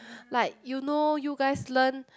like you know you guys learn